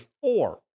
four